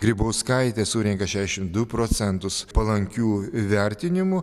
grybauskaitė surenka šešiasdešimt du procentus palankių vertinimų